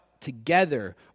together